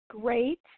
great